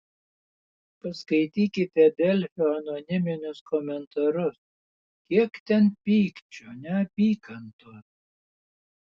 paskaitykite delfio anoniminius komentarus kiek ten pykčio neapykantos